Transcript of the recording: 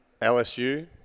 LSU